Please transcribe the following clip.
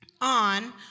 on